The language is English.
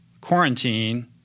quarantine